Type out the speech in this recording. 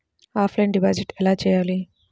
Offline deposit ఎలా చేయాలి?